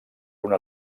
una